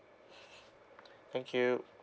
thank you